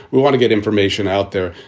we want to get information out there.